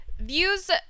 views